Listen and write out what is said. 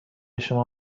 شما